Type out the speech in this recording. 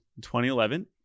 2011